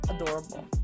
adorable